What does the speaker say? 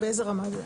באיזו רמה זה?